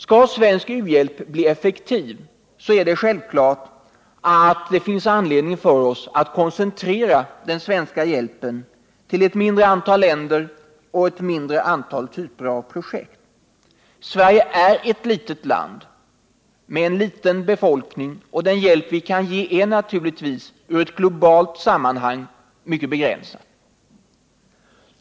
Skall svensk u-hjälp bli effektiv så är det självklart att det finns anledning för oss att koncentrera den svenska hjälpen till ett mindre antal länder och ett mindre antal typer av projekt. Sverige är ett litet land med en liten befolkning, och den hjälp vi kan ge är naturligtvis i ett globalt sammanhang mycket begränsad.